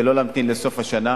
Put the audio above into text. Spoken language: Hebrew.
ולא להמתין לסוף השנה.